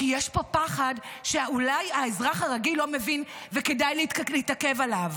כי יש פה פחד שאולי האזרח הרגיל לא מבין וכדאי להתעכב עליו.